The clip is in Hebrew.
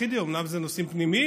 אומנם אלה כביכול נושאים פנימיים,